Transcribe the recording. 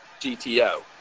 GTO